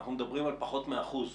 אנחנו מדברים על פחות מאחוז.